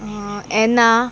एना